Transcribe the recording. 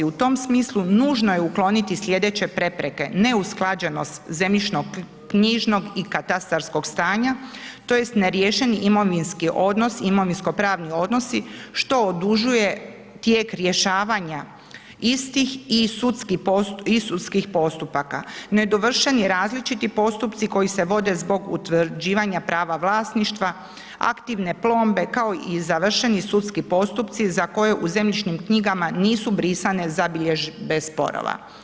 U tom smislu nužno je ukloniti slijedeće prepreke, neusklađenost zemljišnoknjižnog i katastarskog stanja tj. ne riješeni imovinski odnos, imovinsko pravni odnosi što odužuje tijek rješavanja istih i sudskih postupaka, nedovršeni različiti postupci koji se vode zbog utvrđivanja prava vlasništva, aktivne plombe, kao i zavrešeni sudski postupci za koje u zemljišnim knjigama nisu brisane zabilježbe sporova.